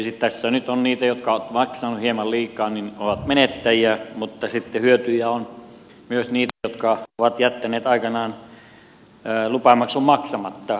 tietysti tässä nyt ne jotka ovat maksaneet hieman liikaa ovat menettäjiä mutta sitten hyötyjinä on myös niitä jotka ovat jättäneet aikanaan lupamaksun maksamatta